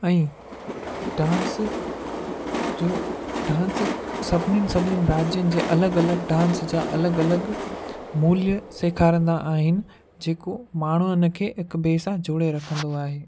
ऐं डांस जो डांस सभिनिनि सभिनिनि राज्यनि जे अलॻि अलॻि डांस जा अलॻि अलॻि मूल्य सेखारींदा आहिनि जेको माण्हू हुनखे हिकु ॿिए सां जोड़े रखंदो आहे